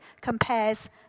compares